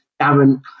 Darren